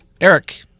Eric